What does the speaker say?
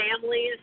families